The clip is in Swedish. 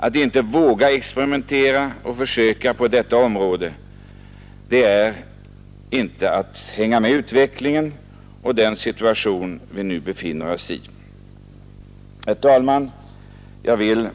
Att inte våga försöka och inte våga experimentera på detta område är att inte hänga med i utvecklingen och att inte anpassa sig till den situation vi nu befinner oss i. Herr talman!